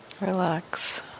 Relax